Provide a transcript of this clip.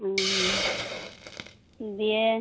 ᱦᱮᱸ ᱫᱤᱭᱮ